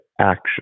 Action